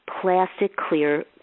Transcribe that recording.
plastic-clear